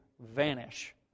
vanish